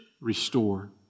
restore